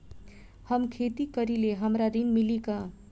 हम खेती करीले हमरा ऋण मिली का?